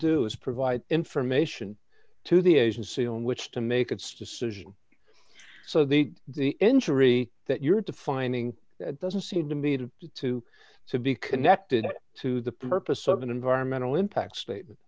do is provide information to the agency on which to make its decision so they get the injury that you're defining doesn't seem to me to to to be connected to the purpose of an environmental impact statement